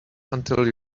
until